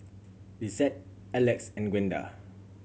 Lissette Elex and Gwenda